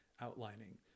outlining